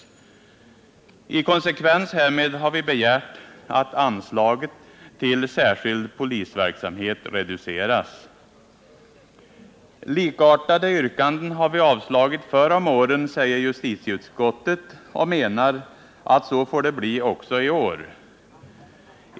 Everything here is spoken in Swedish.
I konsekvens härmed har vi begärt att anslaget till särskild polisverksamhet reduceras. Likartade yrkanden har vi avstyrkt förr om åren, säger justitieutskottet, och menar att så får det bli också i år.